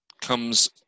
comes